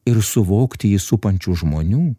ir suvokti jį supančių žmonių